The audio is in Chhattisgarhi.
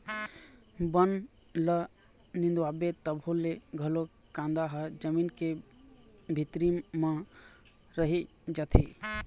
बन ल निंदवाबे तभो ले ओखर कांदा ह जमीन के भीतरी म रहि जाथे